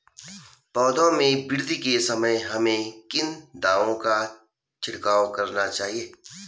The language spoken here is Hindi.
पौधों में वृद्धि के समय हमें किन दावों का छिड़काव करना चाहिए?